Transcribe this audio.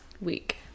week